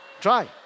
Try